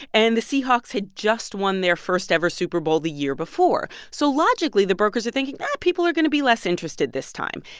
and the seahawks had just won their first ever super bowl the year before. so logically, the brokers are thinking people are going to be less interested this time.